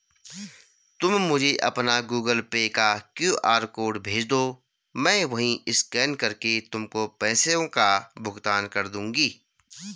तुम मुझे अपना गूगल पे का क्यू.आर कोड भेजदो, मैं वहीं स्कैन करके तुमको पैसों का भुगतान कर दूंगी